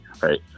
right